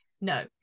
No